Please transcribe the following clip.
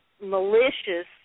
malicious